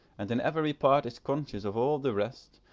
and in every part is conscious of all the rest,